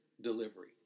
delivery